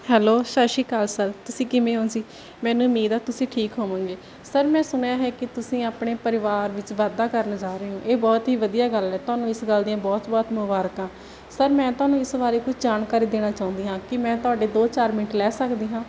hello ਸਤਿ ਸ਼੍ਰੀ ਅਕਾਲ ਸਰ ਤੁਸੀਂ ਕਿਵੇਂ ਹੋ ਜੀ ਮੈਨੂੰ ਉਮੀਦ ਆ ਤੁਸੀਂ ਠੀਕ ਹੋਵੋਗੇ ਸਰ ਮੈਂ ਸੁਣਿਆ ਹੈ ਕਿ ਤੁਸੀਂ ਆਪਣੇ ਪਰਿਵਾਰ ਵਿੱਚ ਵਾਧਾ ਕਰਨ ਜਾ ਰਹੇ ਹੋ ਇਹ ਬਹੁਤ ਹੀ ਵਧੀਆ ਗੱਲ ਹੈ ਤੁਹਾਨੂੰ ਇਸ ਗੱਲ ਦੀਆਂ ਬਹੁਤ ਬਹੁਤ ਮੁਬਾਰਕਾਂ ਸਰ ਮੈਂ ਤੁਹਾਨੂੰ ਇਸ ਬਾਰੇ ਕੁਝ ਜਾਣਕਾਰੀ ਦੇਣਾ ਚਾਹੁੰਦੀ ਹਾਂ ਕਿ ਮੈਂ ਤੁਹਾਡੇ ਦੋ ਚਾਰ ਮਿੰਟ ਲੈ ਸਕਦੀ ਹਾਂ